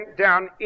down